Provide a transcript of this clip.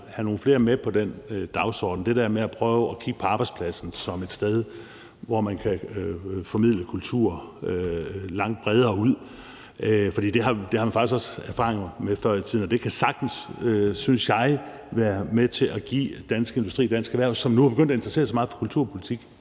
have nogle flere med på den dagsorden – at der var det med at prøve at kigge på arbejdspladsen som et sted, hvor man kan formidle kultur langt bredere ud, for det har man faktisk også haft erfaringer med før i tiden. Og det kan sagtens, synes jeg, være med til at give Dansk Industri og Dansk Erhverv, som nu er begyndt at interessere sig meget for kulturpolitik,